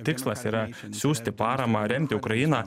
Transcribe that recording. tikslas yra siųsti paramą remti ukrainą